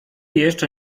jeszcze